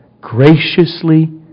graciously